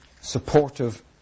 supportive